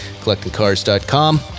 Collectingcars.com